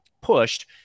pushed